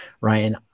Ryan